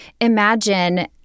imagine